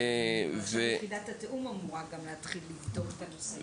עכשיו יחידת התיאום אמורה גם להתחיל לבדוק את הנושא.